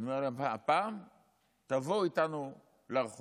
אני אומר להם: הפעם תבואו איתנו לרחובות.